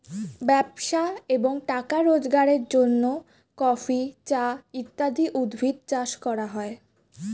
ব্যবসা এবং টাকা রোজগারের জন্য কফি, চা ইত্যাদি উদ্ভিদ চাষ করা হয়